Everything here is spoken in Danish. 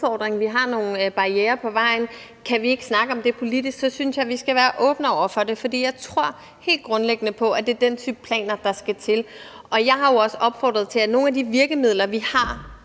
der er nogle barrierer på vejen, og om vi ikke kan snakke om det politisk, så synes jeg, vi skal være åbne over for det, for jeg tror helt grundlæggende på, at det er den type planer, der skal til. Og jeg har jo også opfordret til, at kommunerne skal kigge på de virkemidler, vi har